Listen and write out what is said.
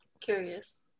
Curious